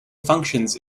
functions